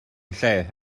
lle